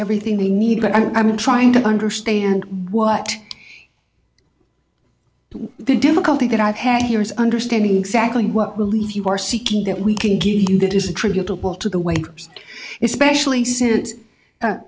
everything they need but i'm trying to understand what the difficulty that i've had here is understanding exactly what will leave you are seeking that we can give you that is attributable to the waiters especially s